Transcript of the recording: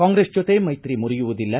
ಕಾಂಗ್ರೆಸ್ ಜೊತೆ ಮೈತ್ರಿ ಮುರಿಯುವುದಿಲ್ಲ